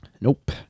Nope